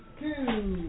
Two